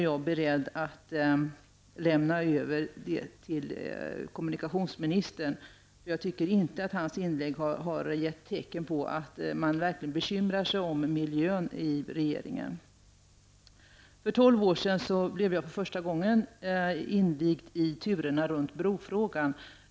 Jag tycker inte att kommunikationsministerns inlägg gav tecken på att man verkligen bekymrar sig om miljön i regeringen. För tolv år sedan blev jag för första gången invigd i turerna kring brofrågan.